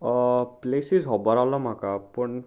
places खबर आलो म्हाका पूण